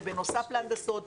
זה בנוסף להנדסות,